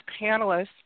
panelists